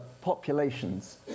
populations